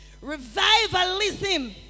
revivalism